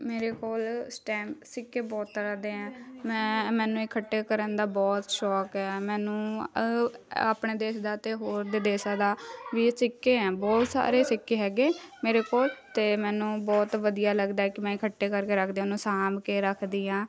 ਮੇਰੇ ਕੋਲ ਸਟੈਂਪ ਸਿੱਕੇ ਬਹੁਤ ਤਰ੍ਹਾਂ ਦੇ ਐਂ ਮੈਂ ਮੈਨੂੰ ਇਕੱਠੇ ਕਰਨ ਦਾ ਬਹੁਤ ਸ਼ੌਕ ਆ ਮੈਨੂੰ ਆਪਣੇ ਦੇਸ਼ ਦਾ ਅਤੇ ਹੋਰ ਤੇ ਦੇ ਦੇਸ਼ਾਂ ਦਾ ਵੀ ਸਿੱਕੇ ਐਂ ਬਹੁਤੇ ਸਾਰੇ ਸਿੱਕੇ ਹੈਗੇ ਮੇਰੇ ਕੋਲ ਅਤੇ ਮੈਨੂੰ ਬਹੁਤ ਵਧੀਆ ਲੱਗਦਾ ਕਿ ਮੈਂ ਇਕੱਠੇ ਕਰਕੇ ਰੱਖਦੀ ਹਾਂ ਉਹਨੂੰ ਸਾਂਭ ਕੇ ਰੱਖਦੀ ਹਾਂ